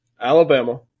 Alabama